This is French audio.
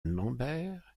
lambert